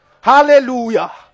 Hallelujah